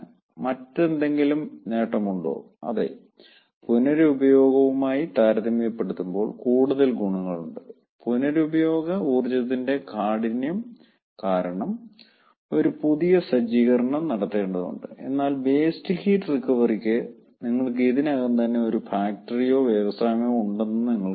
മറ്റെന്തെങ്കിലും നേട്ടമുണ്ടോ അതെ പുനരുപയോഗവുമായി താരതമ്യപ്പെടുത്തുമ്പോൾ കൂടുതൽ ഗുണങ്ങളുണ്ട് പുനരുപയോഗ ഊർജ്ജത്തിന്റെ കാഠിന്വം കാരണം ഒരു പുതിയ സജ്ജീകരണം നടത്തേണ്ടതുണ്ട് എന്നാൽ വേസ്റ്റ് ഹീറ്റ് റിക്കവറിക്ക് നിങ്ങൾക്ക് ഇതിനകം തന്നെ ഒരു ഫാക്ടറിയോ വ്യവസായമോ ഉണ്ടെന്ന് നിങ്ങൾക്ക് പറയാം